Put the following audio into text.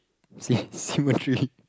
sy~ symmetry